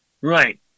Right